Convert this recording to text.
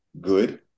good